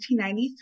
1893